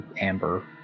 amber